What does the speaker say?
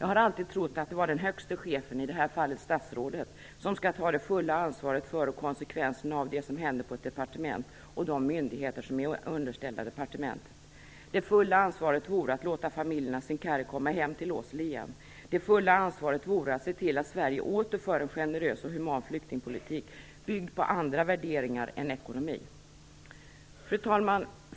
Jag har alltid trott att det var högste chefen, i det här fallet statsrådet, som skall ta det fulla ansvaret för och konsekvenserna av det som händer på ett departement och de myndigheter som är underställda departementet. Det fulla ansvaret vore att låta familjerna Sincari komma hem till Åsele igen. Det fulla ansvaret vore att se till att Sverige åter för en generös och human flyktingpolitik byggd på andra värderingar än ekonomi. Fru talman!